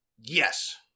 Yes